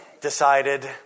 decided